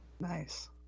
Nice